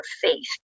faith